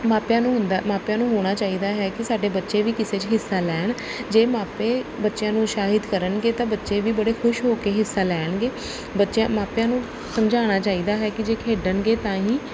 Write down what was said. ਮਾਪਿਆਂ ਨੂੰ ਹੁੰਦਾ ਮਾਪਿਆਂ ਨੂੰ ਹੋਣਾ ਚਾਹੀਦਾ ਹੈ ਕਿ ਸਾਡੇ ਬੱਚੇ ਵੀ ਕਿਸੇ 'ਚ ਹਿੱਸਾ ਲੈਣ ਜੇ ਮਾਪੇ ਬੱਚਿਆਂ ਨੂੰ ਉਤਸਾਹਿਤ ਕਰਨਗੇ ਤਾਂ ਬੱਚੇ ਵੀ ਬੜੇ ਖੁਸ਼ ਹੋ ਕੇ ਹਿੱਸਾ ਲੈਣਗੇ ਬੱਚੇ ਮਾਪਿਆਂ ਨੂੰ ਸਮਝਾਉਣਾ ਚਾਹੀਦਾ ਹੈ ਕਿ ਜੇ ਖੇਡਣਗੇ ਤਾਂ ਹੀ